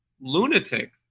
lunatic